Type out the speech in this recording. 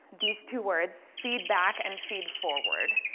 these two words, feedback and feed-forward.